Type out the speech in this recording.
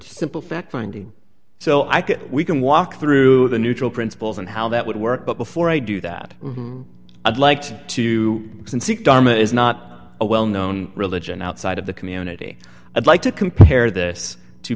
simple fact finding so i can we can walk through the neutral principles and how that would work but before i do that i'd like to see dharma is not a well known religion outside of the community i'd like to compare th